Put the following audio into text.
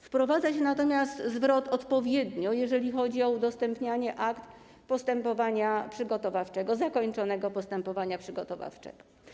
Wprowadza się natomiast zwrot „odpowiednio”, jeżeli chodzi o udostępnianie akt postępowania przygotowawczego, zakończonego postępowania przygotowawczego.